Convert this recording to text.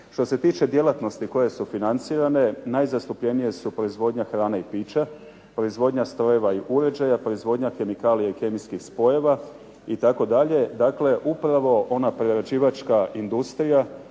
Što se tiče djelatnosti koje su financirane najzastupljenije su proizvodnja hrane i pića, proizvodnja strojeva i uređaja, proizvodnja kemikalija i kemijskih spojeva itd., dakle upravo na prerađivačka industrija